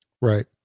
right